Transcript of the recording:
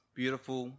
beautiful